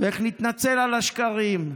ואיך נתנצל על השקרים,